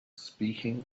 speaking